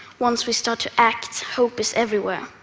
once we start to act, hope is everywhere.